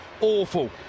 Awful